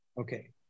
Okay